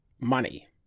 money